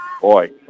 boy